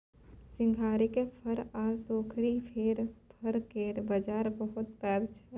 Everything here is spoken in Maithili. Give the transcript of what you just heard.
सिंघारिक फर आ सोरखी केर फर केर बजार बहुत पैघ छै